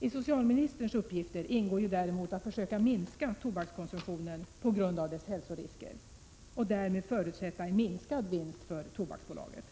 I socialministerns uppgifter ingår ju däremot att försöka minska tobakskonsumtionen på grund av dess hälsorisker och därmed förutsätta en minskad vinst för Tobaksbolaget.